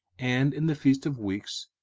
and in the feast of weeks,